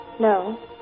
No